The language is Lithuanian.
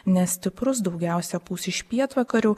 nestiprus daugiausia pūs iš pietvakarių